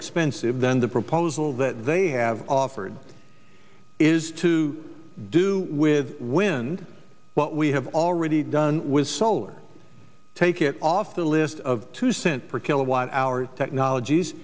expensive than the proposal that they have offered is to do with wind what we have already done with solar take it off the list of two cent per kilowatt hour technologies